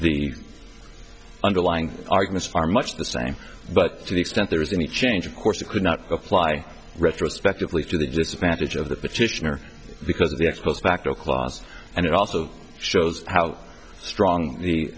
the underlying arguments are much the same but to the extent there is any change of course it could not apply retrospectively to the disadvantage of the petitioner because of the ex post facto class and it also shows how strong the